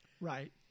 Right